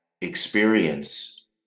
experience